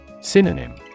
Synonym